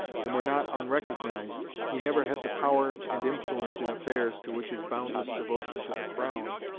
and were not unrecognised, he never had the power and influence in affairs to which his boundless devotion to the crown,